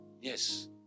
Yes